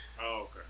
Okay